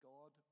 God